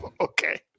Okay